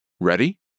Ready